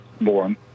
born